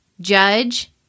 judge